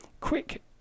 quick